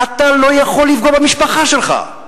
אתה לא יכול לפגוע במשפחה שלך.